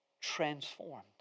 transformed